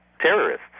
terrorists